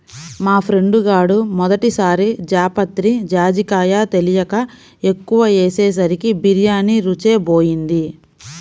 మా ఫ్రెండు గాడు మొదటి సారి జాపత్రి, జాజికాయ తెలియక ఎక్కువ ఏసేసరికి బిర్యానీ రుచే బోయింది